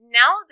now